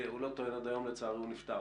הוא לא טוען עד היום, לצערי, הוא נפטר.